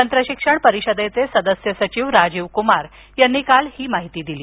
तंत्रशिक्षण परिषदेचे सदस्य सचिव राजीव कुमार यांनी काल ही माहिती दिली